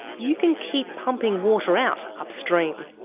you can keep pumping water out upstream.